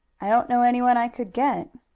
i don't know anyone i could get.